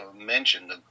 mentioned